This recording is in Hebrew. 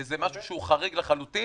וזה משהו שחריג לחלוטין.